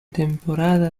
temporada